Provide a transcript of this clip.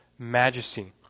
Majesty